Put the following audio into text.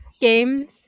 games